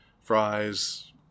Fries